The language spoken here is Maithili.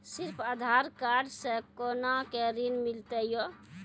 सिर्फ आधार कार्ड से कोना के ऋण मिलते यो?